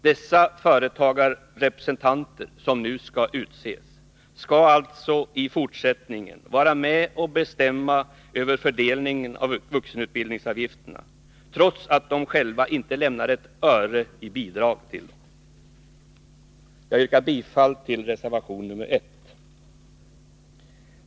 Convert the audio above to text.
Dessa företagarrepresentanter skall alltså i fortsättningen vara med och bestämma över fördelningen av vuxenutbildningsavgifterna, trots att de själva inte lämnat ett öre i bidrag till dem. Jag yrkar bifall till reservation nr 1.